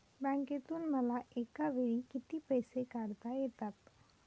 बँकेतून मला एकावेळी किती पैसे काढता येतात?